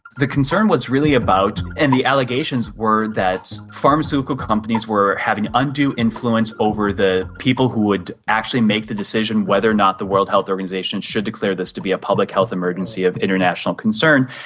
the concern was really about, and the allegations were that pharmaceutical companies were having undue influence over the people who would actually make the decision whether or not the world health organisation should declare this to be a public health emergency of international concern,